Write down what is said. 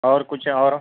اور کچھ ہے اور